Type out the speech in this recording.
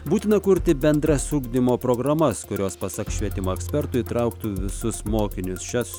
būtina kurti bendras ugdymo programas kurios pasak švietimo ekspertų įtrauktų visus mokinius šias